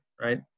right